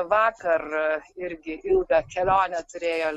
vakar irgi ilgą kelionę turėjo